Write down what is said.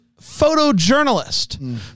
photojournalist